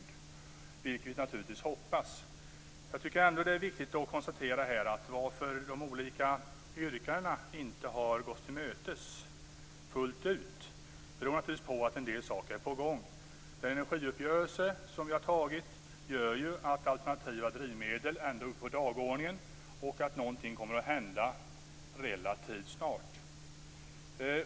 Det är vad vi, naturligtvis, hoppas på. Det är viktigt att konstatera varför de olika yrkandena inte har tillmötesgåtts fullt ut. Det beror naturligtvis på att en del saker är på gång. Den energiuppgörelse som vi har träffat gör att alternativa drivmedel ändå finns med på dagordningen. Någonting kommer att hända relativt snabbt.